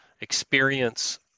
experience